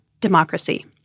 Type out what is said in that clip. democracy